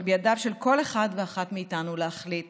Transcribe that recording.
אבל בידיו של כל אחד ואחת מאיתנו להחליט